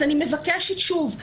אני מבקשת שוב,